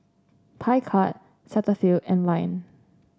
Picard Cetaphil and Lion